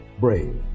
brave